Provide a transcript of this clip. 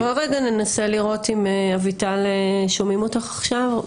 בוא רגע ננסה לראות אם אביטל, שומעים אותך עכשיו.